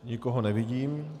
Nikoho nevidím.